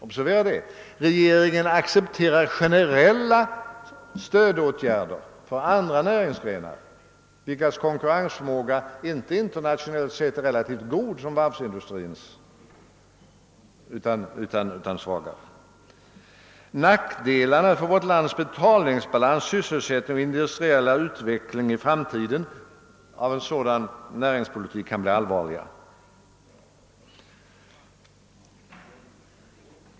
Observera detta att regeringen accepterar generella stödåtgärder för andra näringsgrenar, vilkas konkurrensförmåga internationellt sett inte är lika god som varvsindustrins! Nackdelarna för vårt lands betalningsbalans, sysselsättning och industriella utveckling i framtiden av en sådan näringspolitik mot varven kan bli allvarliga.